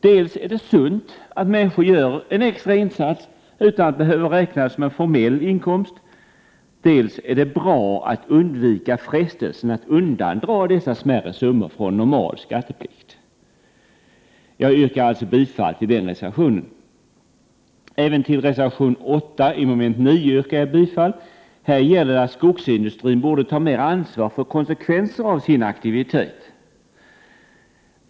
Dels är det sunt att människor gör en extra insats, utan att behöva räkna det som en formell inkomst, dels är det bra att undvika frestelsen att undandra dessa smärre summor från normal skatteplikt. Jag yrkar alltså bifall till den reservationen. Även till reservation 8 i mom. 9 yrkar jag bifall. Här gäller det att skogsindustrin borde ta mer ansvar för konsekvenser av sin aktivitet.